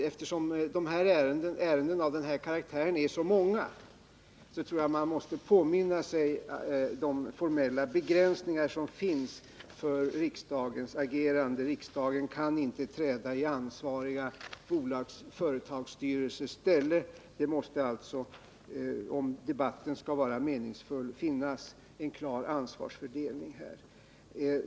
Eftersom ärendena av den här karaktären är så många tror jag att man måste ha i minnet vilka formella begränsningar som finns för riksdagens agerande. Riksdagen kan inte träda i ansvariga företagsstyrelsers ställe. Här måste alltså, om debatten skall vara meningsfull, finnas en klar ansvarsfördelning.